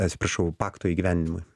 atsiprašau pakto įgyvendinimui